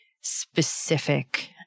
specific